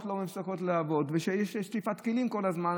לא מפסיקות לעבוד ושיש שטיפת כלים כל הזמן.